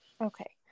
Okay